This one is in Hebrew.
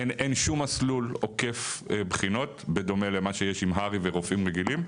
אין שום מסלול עוקף בחינות בדומה למה שיש עם הר"י ורופאים רגילים,